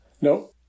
No